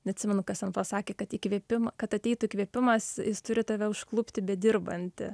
neatsimenu kas ten pasakė kad įkvėpim kad ateitų įkvėpimas jis turi tave užklupti bedirbantį